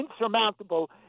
insurmountable